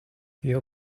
your